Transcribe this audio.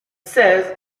seize